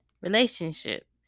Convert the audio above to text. relationship